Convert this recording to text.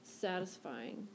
satisfying